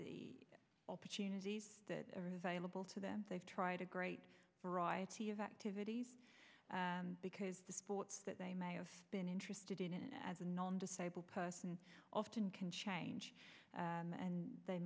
the opportunities that are available to them they've tried a great variety of activities because the sports that they may have been interested in as a non disabled person often can change and they